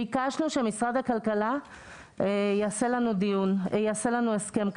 ביקשנו שמשרד הכלכלה יעשה לנו הסכם כזה.